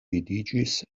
vidiĝis